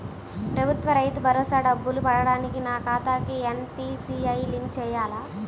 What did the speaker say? ప్రభుత్వ రైతు భరోసా డబ్బులు పడటానికి నా ఖాతాకి ఎన్.పీ.సి.ఐ లింక్ చేయాలా?